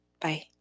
Bye